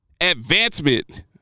advancement